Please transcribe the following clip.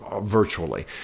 virtually